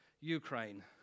Ukraine